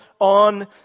On